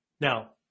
Now